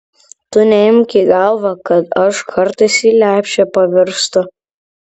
tu neimk į galvą kad aš kartais į lepšę pavirstu